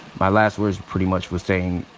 my last words pretty much was saying,